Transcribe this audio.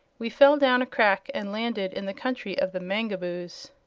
we fell down a crack and landed in the country of the mangaboos.